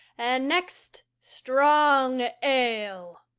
and next strong ale.